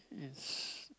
it's